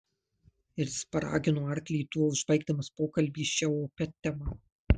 ir jis paragino arklį tuo užbaigdamas pokalbį šia opia tema